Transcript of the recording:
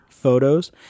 photos